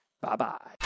Bye-bye